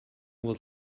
was